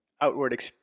outward